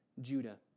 Judah